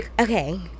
Okay